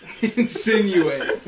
Insinuate